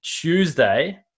Tuesday